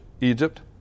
Egypt